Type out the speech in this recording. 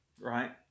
right